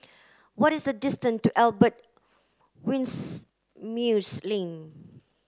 what is the distance to Albert Winsemius Lane